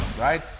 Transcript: right